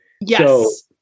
yes